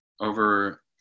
over